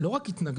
לא רק התנגדו,